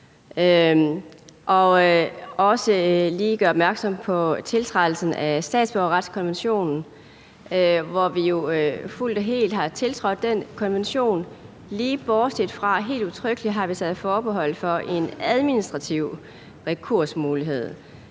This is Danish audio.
også lige gøre opmærksom på tiltrædelsen af statsborgerretskonventionen, som vi jo fuldt og helt har tiltrådt, lige bortset fra at vi helt udtrykkeligt har taget forbehold for en administrativ rekursmulighed.